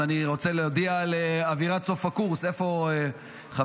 אז אני רוצה להודיע על "אווירת סוף הקורס" איפה חברנו?